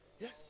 Yes